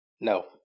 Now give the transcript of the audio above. no